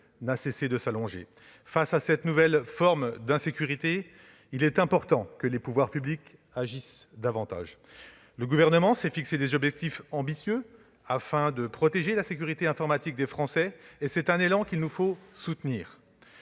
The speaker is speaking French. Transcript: n'a cessé de s'allonger. Face à cette nouvelle forme d'insécurité, il est important que les pouvoirs publics agissent davantage. Le Gouvernement s'est fixé des objectifs ambitieux afin de protéger la sécurité informatique des Français, et nous devons soutenir